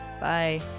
bye